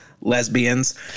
lesbians